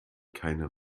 keinen